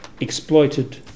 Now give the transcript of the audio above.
exploited